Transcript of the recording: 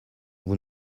vous